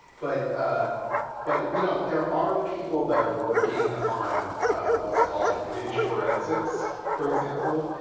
but ah but you know there are people that are working on what's called image forensics, for example,